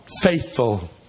faithful